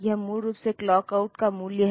यह मूल रूप से क्लॉक आउट का मूल्य है